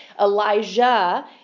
Elijah